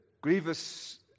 grievous